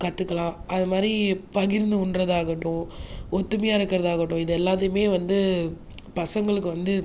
கற்றுக்கலாம் அது மாதிரி பகிர்ந்து உண்கிறதாகட்டும் ஒற்றுமையா இருக்கிறதாகட்டும் இது எல்லாத்தையுமே வந்து பசங்களுக்கு வந்து